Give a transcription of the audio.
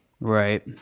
Right